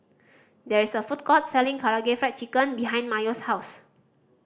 there is a food court selling Karaage Fried Chicken behind Mayo's house